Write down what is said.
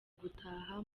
gutaha